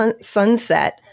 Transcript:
sunset